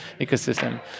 ecosystem